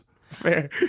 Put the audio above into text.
Fair